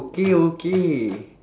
okay okay